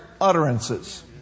utterances